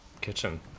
kitchen